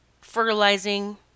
fertilizing